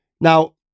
Now